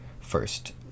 first